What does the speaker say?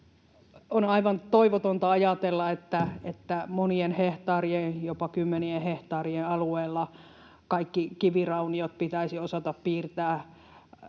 On aivan toivotonta ajatella, että monien hehtaarien, jopa kymmenien hehtaarien alueella kaikki kivirauniot pitäisi osata piirtää